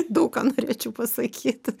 daug ką norėčiau pasakyti